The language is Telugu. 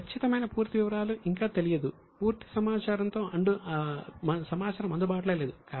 ఖచ్చితమైన పూర్తి వివరాలు ఇంకా తెలియలేదు పూర్తి సమాచారం అందుబాటులో లేదు